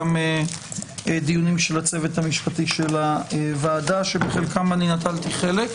גם דיונים של הצוות המשפטי של הוועדה שבחלקם אני נטלתי חלק,